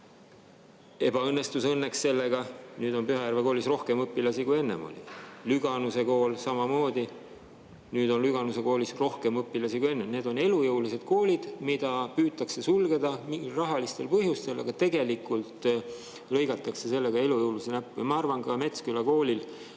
ebaõnnestus ja nüüd on Pühajärve koolis rohkem õpilasi, kui ennem oli. Lüganuse kooliga samamoodi, nüüd on Lüganuse koolis rohkem õpilasi kui enne. Need on elujõulised koolid, mida püütakse sulgeda rahalistel põhjustel, aga tegelikult lõigatakse sellega elujõulisi näppe. Ma arvan, et ka Metsküla koolil